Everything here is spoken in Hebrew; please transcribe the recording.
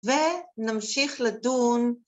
‫ונמשיך לדון